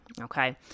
okay